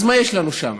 אז מה יש לנו שם?